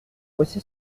voici